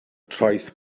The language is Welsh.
traeth